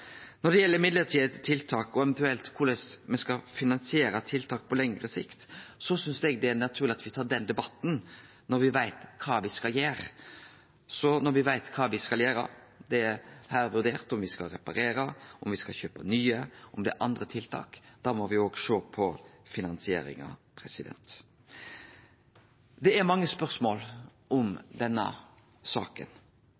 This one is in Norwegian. Når det gjeld mellombelse tiltak og eventuelt korleis me skal finansiere tiltak på lengre sikt, synest eg det er naturleg at me tek den debatten når me veit kva me skal gjere. Så når me veit kva me skal gjere – det er da vurdert om me skal reparere, om me skal kjøpe nye, om det er andre tiltak – må me òg sjå på finansieringa. Det er mange spørsmål